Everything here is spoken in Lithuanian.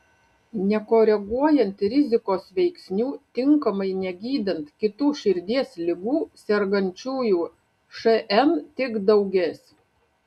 nekoreguojant rizikos veiksnių tinkamai negydant kitų širdies ligų sergančiųjų šn tik daugės